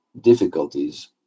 difficulties